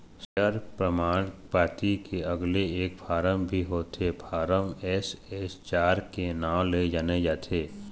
share परमान पाती के अलगे एक फारम भी होथे फारम एस.एच चार के नांव ले जाने जाथे